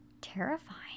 terrifying